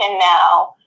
now